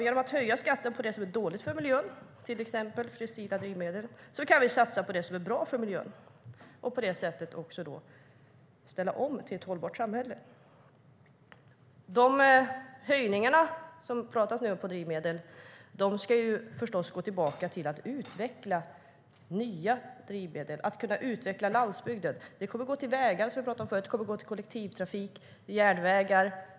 Genom att höja skatten på det som är dåligt för miljön, till exempel fossila drivmedel, kan vi satsa på det som är bra för miljön och på det sättet ställa om till ett hållbart samhälle. De höjningar av skatten på drivmedel som det nu talas om ska förstås gå tillbaka till att utveckla nya drivmedel och utveckla landsbygden. De kommer att gå till vägar, som vi talade om förut, kollektivtrafik och järnvägar.